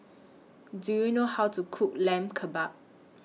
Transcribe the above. Do YOU know How to Cook Lamb Kebabs